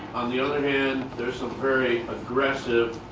on the other hand, there's some very aggressive